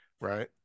right